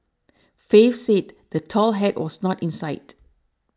faith said the tall hat was not in sight